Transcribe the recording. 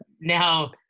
Now